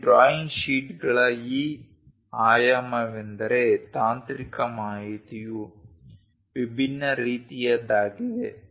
ಈ ಡ್ರಾಯಿಂಗ್ ಶೀಟ್ಗಳ ಈ ಆಯಾಮವೆಂದರೆ ತಾಂತ್ರಿಕ ಮಾಹಿತಿಯು ವಿಭಿನ್ನ ರೀತಿಯದ್ದಾಗಿದೆ